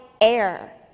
air